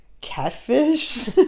catfish